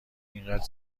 اینقدر